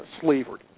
slavery